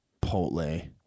Chipotle